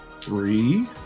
Three